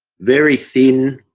very thin,